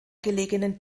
gelegenen